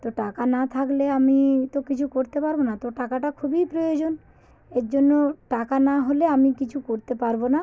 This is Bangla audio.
তো টাকা না থাকলে আমি তো কিছু করতে পারব না তো টাকাটা খুবই প্রয়োজন এর জন্য টাকা না হলে আমি কিছু করতে পারব না